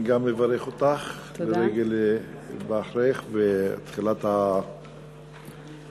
גם אני מברך אותך לרגל היבחרך ותחילת ניהול הישיבה.